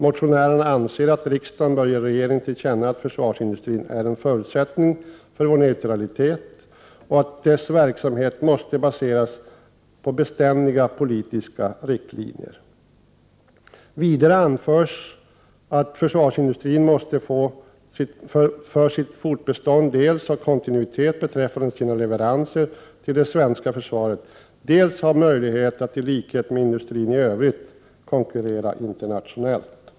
Motionärerna anser att riksdagen bör ge regeringen till känna att försvarsindustrin är en förutsättning för vår neutralitet och att dess verksamhet måste baseras på beständiga politiska riktlinjer. Vidare anför man att försvarsindustrin måste för sitt fortbestånd dels ha kontinuitet beträffande sina leveranser till det svenska försvaret, dels ha möjlighet att i likhet med industrin i övrigt konkurrera internationellt.